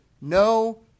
No